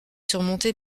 surmonté